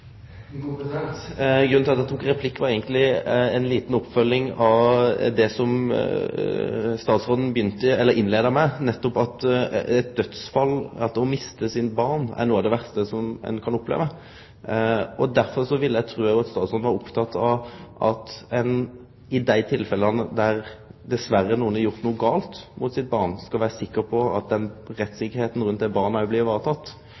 eigentleg ei lita oppfølging av det som statsråden innleia med, nemleg at eit dødsfall – å miste sitt barn – er noko av det verste ein kan oppleve. Derfor ville eg vel tru at statsråden er oppteken av at ein i dei tilfella der dessverre nokon har gjort noko gale mot sitt barn, skal vere sikker på at rettstryggleiken rundt barnet og blir